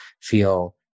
feel